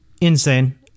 insane